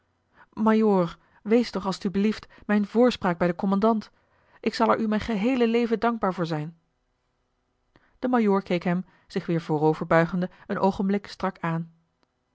wees toch als t u belieft mijn voorspraak bij den kommandant ik zal er u mijn geheele leven dankbaar voor zijn de majoor keek hem zich weer vooroverbuigende een oogenblik strak aan